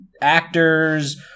actors